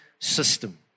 system